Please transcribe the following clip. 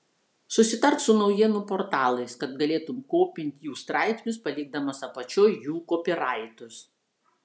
susitark su naujienų portalais kad galėtum kopint jų straipsnius palikdamas apačioj jų kopyraitus